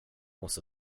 måste